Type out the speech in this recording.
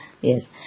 Yes